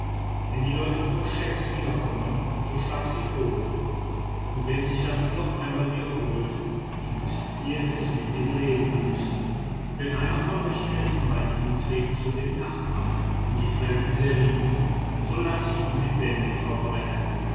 wenn die leute poncets wiederkommen so schlagt sie tot und wenn sich das noch einmal wiederholt so müßt ihr es mit dem leben büßen und wenn einer von euch elfenbein hinträgt zu den nachbarn in die fremden seriben so lasse ich ihn lebendig verbrennen